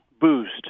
boost